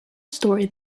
story